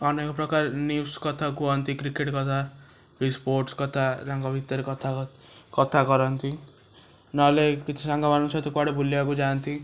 ଅନେକ ପ୍ରକାର ନିଉଜ୍ କଥା କୁହନ୍ତି କ୍ରିକେଟ୍ କଥା କି ସ୍ପୋର୍ଟ୍ସ କଥା ତାଙ୍କ ଭିତରେ କଥା କଥା କରାନ୍ତି ନହେଲେ କିଛି ସାଙ୍ଗମାନଙ୍କ ସହିତ କୁଆଡ଼େ ବୁଲିବାକୁ ଯାଆନ୍ତି